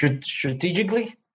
strategically